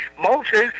Moses